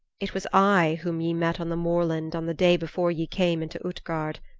it was i whom ye met on the moorland on the day before ye came into utgard.